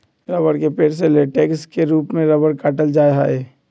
रबड़ के पेड़ से लेटेक्स के रूप में रबड़ काटल जा हई